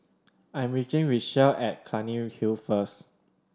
I'm meeting Richelle at Clunny Hill first